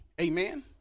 Amen